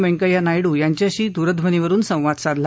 वैंकय्या नायडू यांच्याशी दूरध्वनीवरुन संवाद साधला